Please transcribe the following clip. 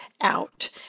out